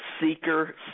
seeker